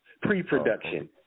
Pre-production